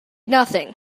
nothing